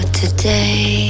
today